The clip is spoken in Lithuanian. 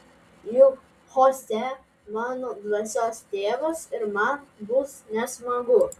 juk chosė mano dvasios tėvas ir man bus nesmagu